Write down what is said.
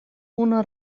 una